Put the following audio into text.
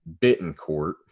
Bittencourt